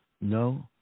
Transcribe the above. No